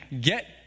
get